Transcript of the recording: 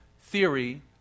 theory